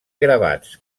gravats